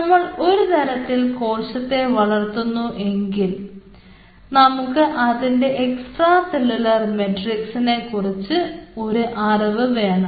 നമ്മൾ ഒരു തരത്തിലുള്ള കോശത്തെ വളർത്തുന്നു എങ്കിൽ നമുക്ക് അതിൻറെ എക്സ്ട്രാ സെല്ലുലാർ മാട്രിക്സ് നെക്കുറിച്ച് ഒരു അറിവ് വേണം